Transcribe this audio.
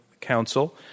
Council